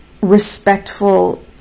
respectful